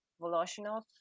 Voloshinov